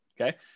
okay